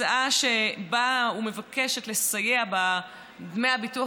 הצעה שבאה ומבקשת לסייע בדמי הביטוח